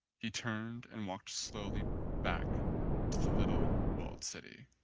he turned and walked slowly back to the little walled city.